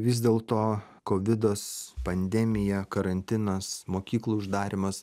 vis dėlto kovidas pandemija karantinas mokyklų uždarymas